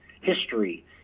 history